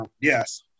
yes